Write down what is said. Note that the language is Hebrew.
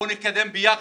בואו הקדם ביחד,